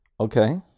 Okay